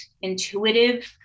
intuitive